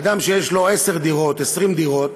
אדם שיש לו עשר דירות למגורים, 20 דירות,